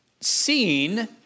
seen